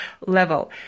level